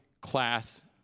class